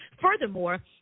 Furthermore